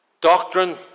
doctrine